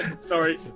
Sorry